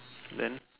then